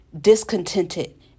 discontented